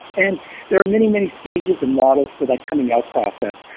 and there are many many stages and models for that coming out process.